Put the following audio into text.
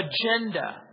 agenda